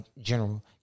General